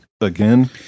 again